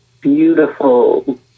beautiful